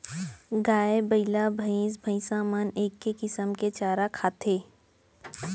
गाय, बइला, भईंस भईंसा मन एके किसम के चारा खाथें